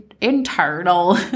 internal